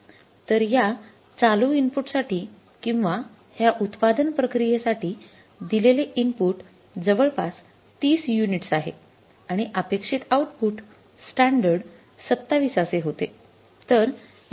तर या चालू इनपुट साठी किंवा ह्या उत्पादन प्रक्रियेसाठी दिलेले इनपुट जवळपास ३० युनिट्स आहे आणि अपेक्षित आउटपुट स्टॅंडर्ड २७ असे होते